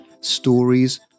stories